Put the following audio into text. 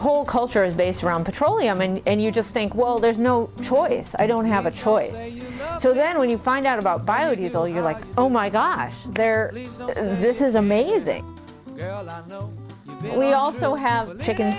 whole culture is based around petroleum and you just think well there's no choice i don't have a choice so then when you find out about biodiesel you're like oh my gosh there this is amazing we also have chicken